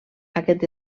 aquest